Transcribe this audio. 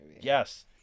yes